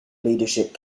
leadership